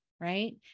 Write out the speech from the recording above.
right